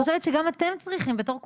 אבל אני חושבת שגם אתם צריכים בתור קופות,